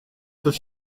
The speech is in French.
peut